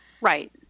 Right